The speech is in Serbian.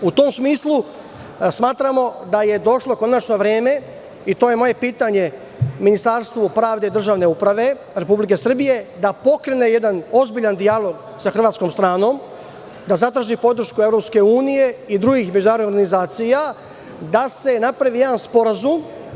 U tom smislu, smatramo da je došlo konačno vreme, to je moje pitanje Ministarstvu pravde i državne uprave Republike Srbije, da pokrene jedan ozbiljan dijalog sa hrvatskom stranom, da zatraži podršku Evropske unije i drugih međunarodnih organizacija, da se napravi jedan sporazum.